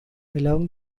among